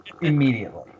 immediately